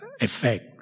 effect